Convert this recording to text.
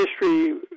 history